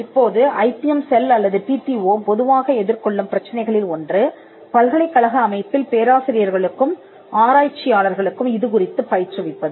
இப்போது I P M cell அல்லது T T O பொதுவாக எதிர்கொள்ளும் பிரச்சனைகளில் ஒன்று பல்கலைக்கழக அமைப்பில் பேராசிரியர்களுக்கும் ஆராய்ச்சியாளர்களுக்கும் இதுகுறித்துப் பயிற்றுவிப்பது